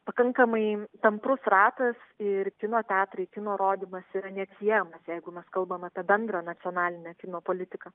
pakankamai tamprus ratas ir kino teatrai kino rodymas yra neatsiejamas jeigu mes kalbam apie bendro nacionalinę kino politiką